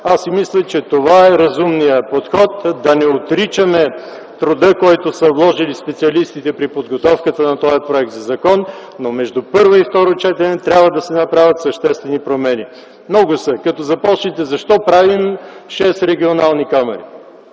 точка мисля, че това е разумният подход – да не отричаме труда, който са вложили специалистите при подготовката на този законопроект, но между първо и второ четене трябва да се направят съществени промени. А те са много. Например защо правим шест регионални камари?